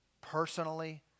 personally